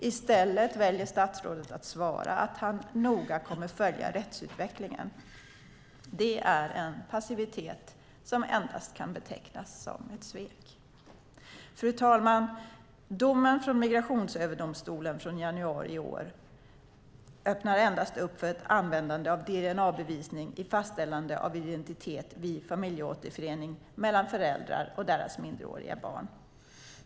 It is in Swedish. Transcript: I stället väljer statsrådet att svara att han noga kommer att följa rättsutvecklingen. Det är en passivitet som endast kan betecknas som ett svek. Fru talman! Domen från Migrationsöverdomstolen från januari i år öppnar endast upp för ett användande av dna-bevisning vid fastställande av identitet vid familjeåterförening mellan föräldrar och deras minderåriga barn.